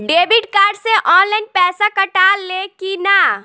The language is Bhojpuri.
डेबिट कार्ड से ऑनलाइन पैसा कटा ले कि ना?